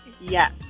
Yes